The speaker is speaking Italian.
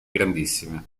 grandissime